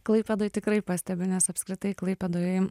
klaipėdoj tikrai pastebiu nes apskritai klaipėdoj